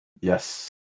Yes